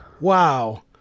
Wow